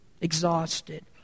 exhausted